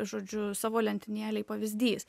žodžiu savo lentynėlėj pavyzdys